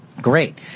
Great